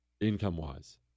income-wise